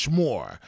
more